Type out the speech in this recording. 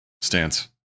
stance